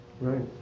Right